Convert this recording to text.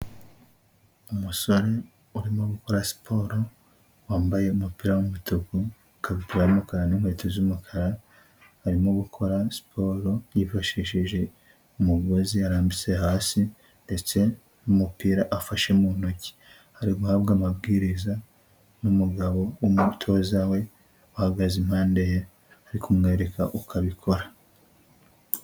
Umusore urimo gukora siporo wambaye umupira w'umutuku ikabutura y'umukara n'inkweto z'umukara arimo gukora siporo yifashishije umugozi yarambitse hasi ndetse n'umupira afashe mu ntoki ari guhabwa amabwiriza n'umugabo w'umutoza we uhagaze impande ye ari kumwereka uko abikora.